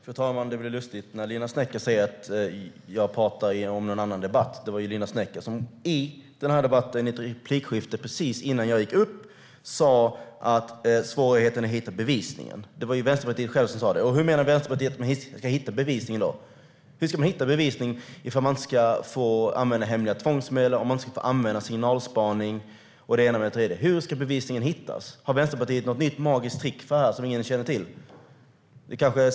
Fru talman! Det blir lustigt när Linda Snecker säger att jag pratar om någon annan debatt. Det var ju Linda Snecker som i den här debatten, i ett replikskifte precis före mitt, talade om svårigheten att hitta bevisning. Det var Vänsterpartiet självt som sa det. Hur menar Vänsterpartiet att man ska hitta bevisningen? Hur ska man hitta bevisning om man inte ska få använda hemliga tvångsmedel, om man inte ska få använda signalspaning och det ena med det tredje? Hur ska bevisningen hittas? Har Vänsterpartiet något nytt magiskt trick för detta som ingen känner till?